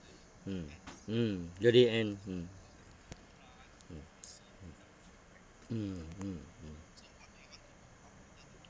mm mm yearly aim mm mm mm mm mm mm